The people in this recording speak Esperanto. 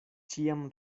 ĉiam